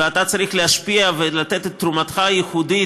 ואתה צריך להשפיע ולתת את תרומתך הייחודית